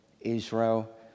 Israel